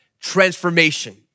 transformation